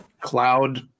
cloud